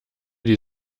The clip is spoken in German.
die